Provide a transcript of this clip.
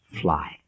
fly